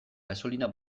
gasolina